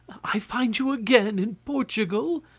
i find you again in portugal?